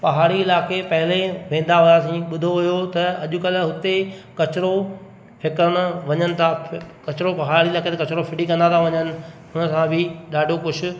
पहाड़ी इलाइक़े पहिरियों वेंदा हुआसीं ॿुधो हुओ त अॼुकल्ह हुते किचिरो फिकरण वञनि था किचिरो पहाड़ी इलाइक़े ते किचिरो फिटी कंदा था वञनि उन खां बि ॾाढो कुझु